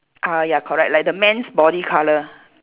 ah ya correct like the man's body colour